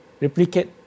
replicate